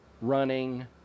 running